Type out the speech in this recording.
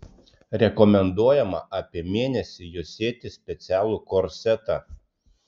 rekomenduojama apie mėnesį juosėti specialų korsetą